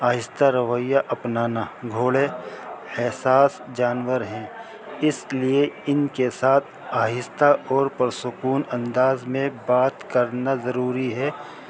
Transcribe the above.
آہستہ رویہ اپنانا گھوڑے احساس جانور ہیں اس لیے ان کے ساتھ آہستہ اور پرسکون انداز میں بات کرنا ضروری ہے